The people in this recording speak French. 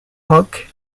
rock